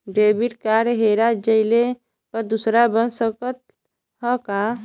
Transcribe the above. Debit card हेरा जइले पर दूसर बन सकत ह का?